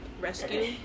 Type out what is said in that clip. rescue